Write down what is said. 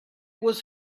was